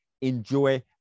Enjoy